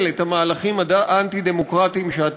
כשעושים את זה אחרים זה בסדר,